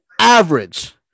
average